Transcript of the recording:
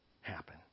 happen